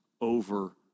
over